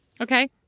Okay